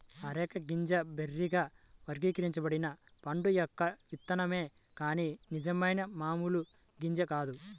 areca గింజ బెర్రీగా వర్గీకరించబడిన పండు యొక్క విత్తనమే కాని నిజమైన మామూలు గింజ కాదు